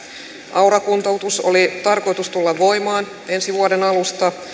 aura kuntoutuksen oli tarkoitus tulla voimaan ensi vuoden alusta